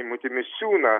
eimutį misiūną